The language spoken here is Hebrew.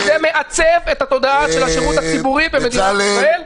וזה מעצב את התודעה של השירות הציבורי במדינת ישראל -- בצלאל.